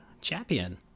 champion